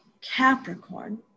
Capricorn